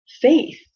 faith